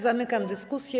Zamykam dyskusję.